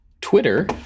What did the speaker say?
Twitter